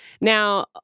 now